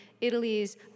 Italy's